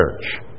church